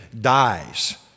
dies